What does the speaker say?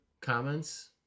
Comments